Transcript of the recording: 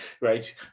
right